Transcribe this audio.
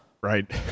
Right